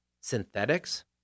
synthetics